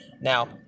Now